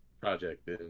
project